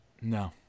No